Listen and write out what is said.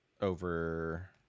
over